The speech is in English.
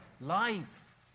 life